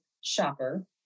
shopper